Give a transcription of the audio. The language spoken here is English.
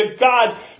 God